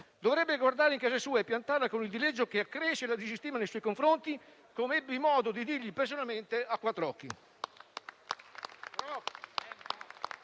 dovrebbe guardare in casa sua e piantarla con il dileggio, che accresce la disistima nei suoi confronti, come ebbi modo di dirgli personalmente a quattr'occhi.